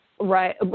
Right